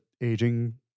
aging